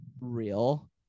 real